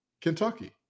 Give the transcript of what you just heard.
Kentucky